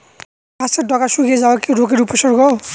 গাছের ডগা শুকিয়ে যাওয়া কি রোগের উপসর্গ?